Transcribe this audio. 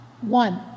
One